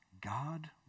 God